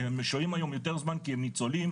הם שוהים היום יותר זמן כי הם ניצולים,